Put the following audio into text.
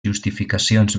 justificacions